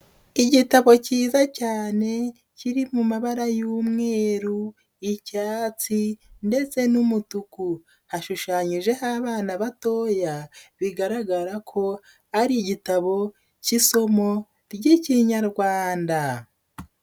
Igitabo kiza cyane kiri mu mabara y'umweru, icyatsi ndetse n'umutuku, hashushanyijeho abana batoya bigaragara ko ari igitabo k'isomo ry'Ikinyarwanda.